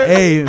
Hey